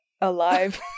alive